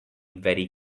very